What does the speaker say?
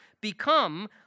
become